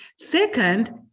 Second